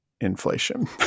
inflation